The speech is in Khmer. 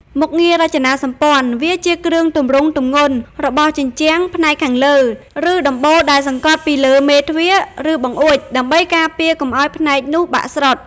មុខងាររចនាសម្ព័ន្ធ វាជា គ្រឿងទម្រង់ទម្ងន់ របស់ជញ្ជាំងផ្នែកខាងលើ ឬដំបូលដែលសង្កត់ពីលើមេទ្វារ ឬបង្អួច ដើម្បីការពារកុំឱ្យផ្នែកនោះបាក់ស្រុត។